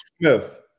Smith